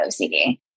OCD